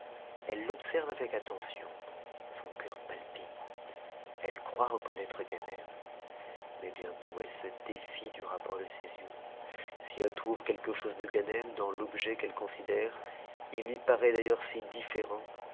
elle l'observe avec attention son cœur palpite elle croit reconnaître ganem mais bientôt elle se déue du rapport de ses yeux si elle trouve quelque chose de ganem dans l'objet qu'elle considère il lui paraît d'ailleurs si différent